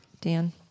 Dan